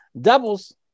Doubles